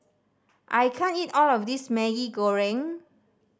I can't eat all of this Maggi Goreng